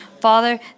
Father